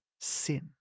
sin